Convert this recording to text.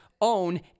own